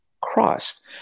Christ